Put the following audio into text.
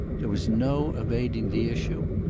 there was no evading the issue.